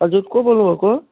हजुर को बोल्नुभएको